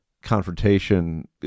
Confrontation